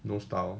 no style